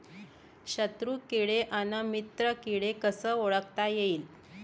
शत्रु किडे अन मित्र किडे कसे ओळखता येईन?